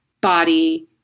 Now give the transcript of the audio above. body